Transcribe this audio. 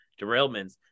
derailments